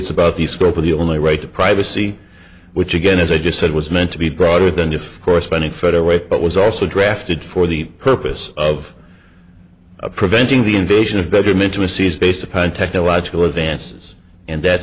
debates about the scope of the only right to privacy which again as i just said was meant to be broader than just corresponding federal way but was also drafted for the purpose of preventing the invasion of bedroom into a seize based upon technological advances and that's